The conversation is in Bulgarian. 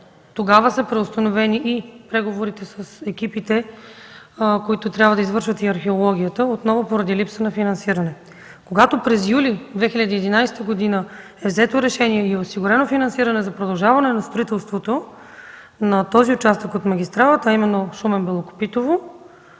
Тогава са преустановени и преговорите с екипите, които трябва да извършат и археологията, отново поради липса на финансиране. Когато през юли 2011 г. е взето решение е осигурено финансиране за продължаване на строителството на този участък от магистралата, а именно Шумен – Белокопитово,